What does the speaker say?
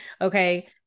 Okay